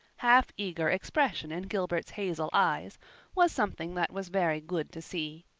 half-eager expression in gilbert's hazel eyes was something that was very good to see.